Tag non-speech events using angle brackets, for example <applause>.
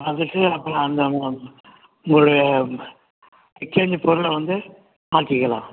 அதுக்கு அப்புறம் அந்த <unintelligible> உங்களுடைய எக்ஸ்சேஞ்சு பொருளை வந்து மாற்றிக்கலாம்